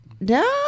no